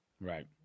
right